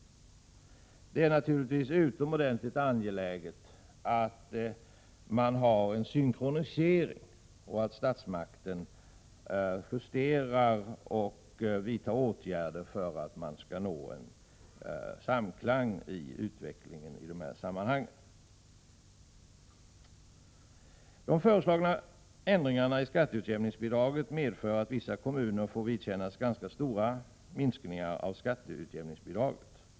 Det är naturligtvis utomordentligt angeläget att man har en synkronisering och att statsmakten justerar och vidtar åtgärder för att vi skall nå samklang i utvecklingen i dessa sammanhang. De föreslagna ändringarna i skatteutjämningsbidraget medför att vissa kommuner får vidkännas ganska stora minskningar av skatteutjämningsbidraget.